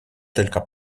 только